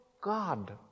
God